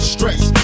Stress